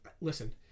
listen